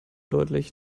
deutlich